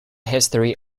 history